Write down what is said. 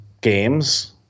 games